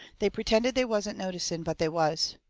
they pertended they wasn't noticing, but they was.